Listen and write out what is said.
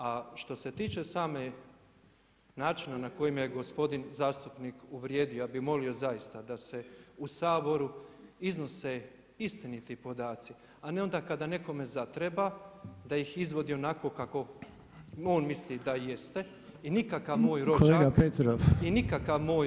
A što se tiče same načina na kojem je gospodin zastupnik uvrijedio, ja bi molio zaista da se u Saboru iznose istiniti podaci, a ne onda kada nekome zatreba da ih izvodi onako kako on misli da jeste i nikakav moj rođak [[Upadica Reiner: Kolega Petrov.]] nije zaposlen.